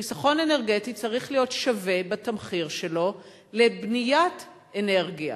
חיסכון אנרגטי צריך להיות שווה בתמחיר שלו לבניית אנרגיה.